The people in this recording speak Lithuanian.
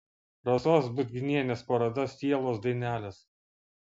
rasos budginienės paroda sielos dainelės